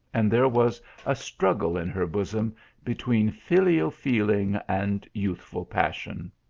and there was a struggle in her bosom be tween filial feeling and youthful passion.